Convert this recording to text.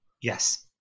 Yes